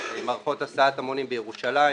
מערכות הסעת המונים בירושלים,